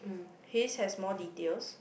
his has more details